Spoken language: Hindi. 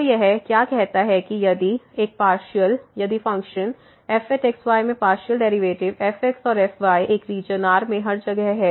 तो यह क्या कहता है यदि एक पार्शियल यदि फ़ंक्शन fx y में पार्शियल डेरिवेटिव fx और fyएक रीजन R में हर जगह है